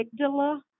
amygdala